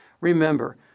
Remember